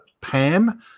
Pam